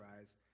eyes